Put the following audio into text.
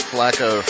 Flacco